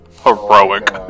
heroic